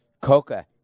Coca